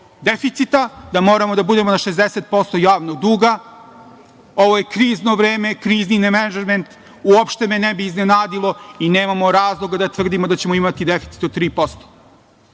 deficita, da moramo da budemo na 60% javnog duga. Ovo je krizno vreme, krizni nemenadžment, uopšte me ne bi iznenadilo i nemamo razloga da tvrdimo da ćemo imati deficit od 3%.